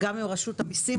גם עם רשות המיסים,